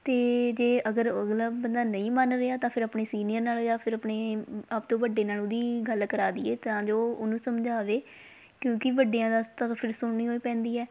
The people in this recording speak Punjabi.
ਅਤੇ ਜੇ ਅਗਰ ਅਗਲਾ ਬੰਦਾ ਨਹੀਂ ਮੰਨ ਰਿਹਾ ਤਾਂ ਫਿਰ ਆਪਣੇ ਸੀਨੀਅਰ ਨਾਲ ਜਾਂ ਫਿਰ ਆਪਣੇ ਆਪ ਤੋਂ ਵੱਡੇ ਨਾਲ ਉਹਦੀ ਗੱਲ ਕਰਾ ਦੇਈਏ ਤਾਂ ਜੋ ਉਹਨੂੰ ਸਮਝਾਵੇ ਕਿਉਂਕਿ ਵੱਡਿਆਂ ਦਾ ਤਾਂ ਫਿਰ ਸੁਣਨੀ ਹੋਈ ਪੈਂਦੀ ਹੈ